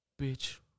bitch